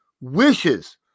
wishes